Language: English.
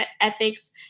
ethics